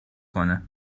کنه